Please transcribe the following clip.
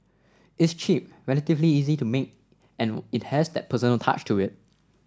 it's cheap relatively easy to make and it has that personal touch to it